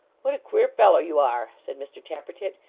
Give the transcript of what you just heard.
what a queer fellow you are said mr tappertit.